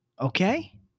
Okay